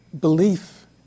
belief